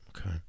Okay